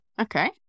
Okay